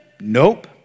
Nope